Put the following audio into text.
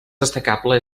destacable